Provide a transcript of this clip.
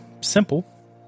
simple